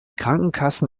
krankenkassen